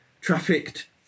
trafficked